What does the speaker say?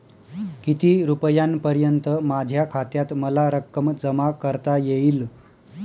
किती रुपयांपर्यंत माझ्या खात्यात मला रक्कम जमा करता येईल?